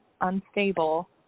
unstable